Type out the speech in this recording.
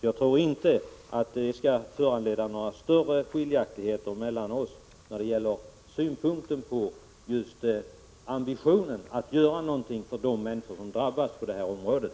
Jag tror inte att det föreligger några större meningsskiljaktigheter mellan oss när det gäller just ambitionen att göra någonting för de människor som drabbas på det här området.